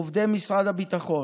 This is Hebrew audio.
עובדי משרד הביטחון,